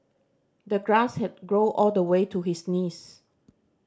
the grass had grown all the way to his knees